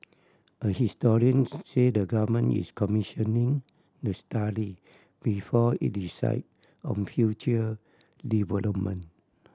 a historian said the Government is commissioning the study before it decide on future development